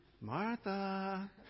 Martha